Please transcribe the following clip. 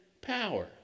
power